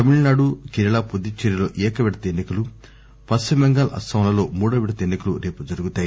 తమిళనాడు కేరళ పుదుచ్చేరిలో ఏకవిడత ఎన్ని కలు పశ్చిమ బెంగాల్ అస్పాం లలో మూడవ విడత ఎన్ని కలు రేపు జరుగుతాయి